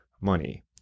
money